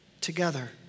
together